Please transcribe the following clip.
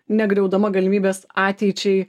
negriaudama galimybės ateičiai